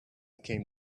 came